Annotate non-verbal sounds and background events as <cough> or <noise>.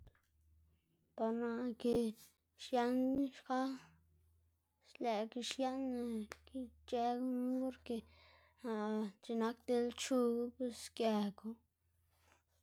Par naꞌ ke xien xka lëꞌkga xie'nna ic̲h̲ë gunu porke, <hesitation> x̱iꞌk nak diꞌl chug pues sgekgu.